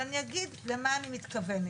ואני אגיד למה אני מתכוונת.